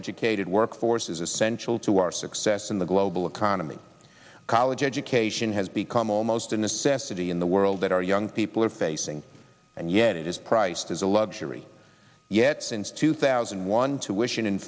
educated workforce is essential to our success in the global economy college education has become almost a necessity in the world that our young people are facing and yet it is priced as a luxury yet since two thousand and one two is